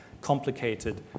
complicated